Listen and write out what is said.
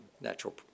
natural